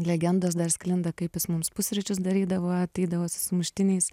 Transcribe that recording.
legendos dar sklinda kaip jis mums pusryčius darydavo ateidavo su sumuštiniais